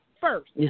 first